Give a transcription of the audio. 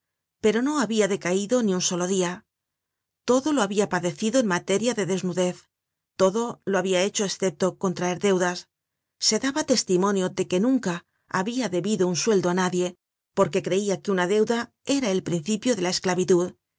pero no habia decaido ni un solo dia todo lo habia padecido en materia de desnudez todo lo habia hecho escepto contraer deudas se daba testimonio de que nunca habia debido un sueldo á nadie porque creia que una deuda era el principio de la esclavitud